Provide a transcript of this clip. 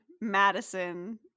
Madison